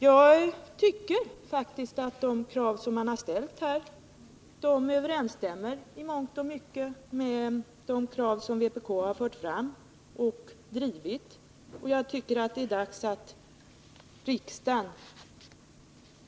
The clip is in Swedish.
Jag tycker faktiskt att de krav som Gunilla André och Karin Andersson har ställt i sin motion i mångt och mycket överensstämmer med krav som vpk har fört fram och drivit. Och jag tycker att det är dags att riksdagen